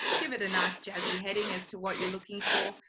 give it a nice jazzy heading as to what you're looking for.